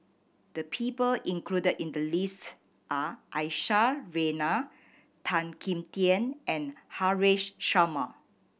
the people included in the list are Aisyah Lyana Tan Kim Tian and Haresh Sharma